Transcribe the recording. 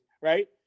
right